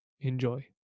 Enjoy